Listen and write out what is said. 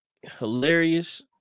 hilarious